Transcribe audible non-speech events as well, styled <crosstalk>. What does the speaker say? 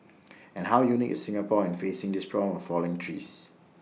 <noise> and how unique is Singapore in facing this problem of falling trees